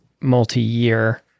multi-year